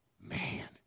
Man